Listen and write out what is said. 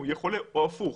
או הפוך,